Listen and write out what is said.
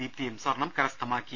ദീപ്തിയും സ്വർണ്ണം കരസ്ഥമാക്കി